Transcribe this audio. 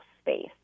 space